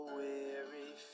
weary